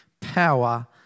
power